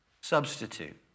substitute